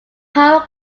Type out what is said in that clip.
power